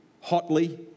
hotly